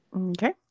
okay